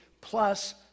plus